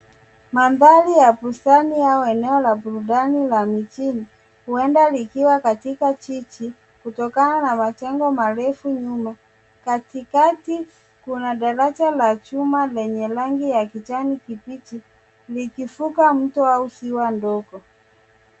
Mandhari ya bustani au eneo la burudani la mijini, huenda likiwa katika jiji, kutokana na majengo marefu nyuma. Katikati, kuna daraja la chuma lenye rangi ya kijani kibichi, likivuka mto au ziwa ndogo.